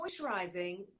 moisturizing